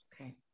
okay